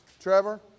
Trevor